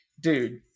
dude